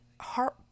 heart